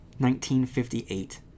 1958